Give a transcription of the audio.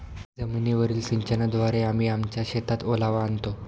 जमीनीवरील सिंचनाद्वारे आम्ही आमच्या शेतात ओलावा आणतो